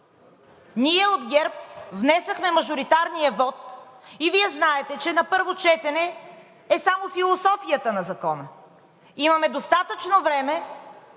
Ние от ГЕРБ внесохме мажоритарния вот и Вие знаете, че на първо четене е само философията на Закона. Имаме достатъчно време